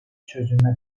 çözüme